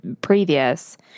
previous